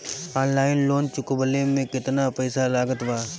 Online loan चुकवले मे केतना पईसा लागत बा?